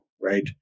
right